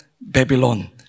Babylon